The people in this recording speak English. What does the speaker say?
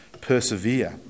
persevere